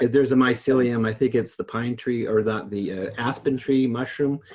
there's a mycelium, i think it's the pine tree or the the aspen tree mushroom,